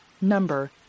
Number